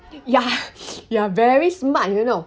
ya ya very smart you know